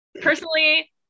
personally